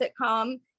sitcom